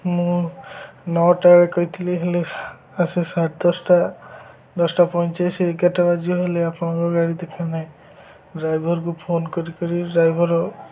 ମୁଁ ନଅଟା ବେଳେ କହିଥିଲି ହେଲେ ଆସି ସାଢ଼େ ଦଶଟା ଦଶଟା ପଇଁଚାଳିଶ ଏଗାରଟା ବାଜିିବ ହେଲେ ଆପଣଙ୍କ ଗାଡ଼ି ଦେଖାନାହିଁ ଡ୍ରାଇଭର୍କୁ ଫୋନ୍ କରିକରି ଡ୍ରାଇଭର୍